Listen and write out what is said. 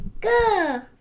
go